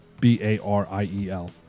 B-A-R-I-E-L